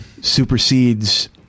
supersedes